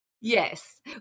Yes